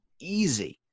easy